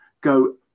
go